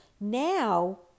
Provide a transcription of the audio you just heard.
now